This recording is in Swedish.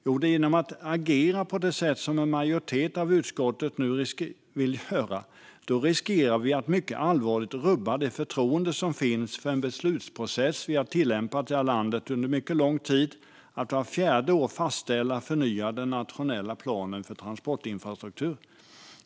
Jo, genom att agera på det sätt som en majoritet av utskottet vill göra riskerar vi att mycket allvarligt rubba det förtroende som finns för en beslutsprocess som vi har tillämpat i landet under mycket lång tid: att vart fjärde år fastställa och förnya den nationella planen för transportinfrastruktur.